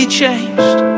changed